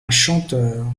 chanteur